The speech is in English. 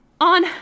On